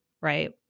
right